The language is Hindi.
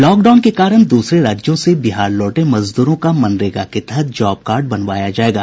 लॉक डाउन के कारण दूसरे राज्यों से बिहार लौटे मजदूरों का मनरेगा के तहत जॉब कार्ड बनवाया जायेगा